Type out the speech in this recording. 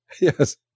yes